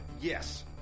Yes